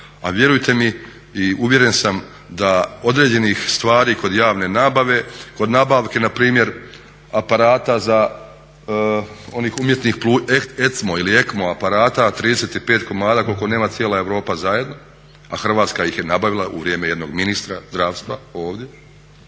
a vjerujte mi i uvjeren sam da određenih stvari kod javne nabave, kod nabavke npr. aparata ECMO ili ECMO aparata 35komada koliko nema cijela Europa zajedno, a Hrvatska ih je nabavila u vrijeme jednog ministra zdravstva ovdje.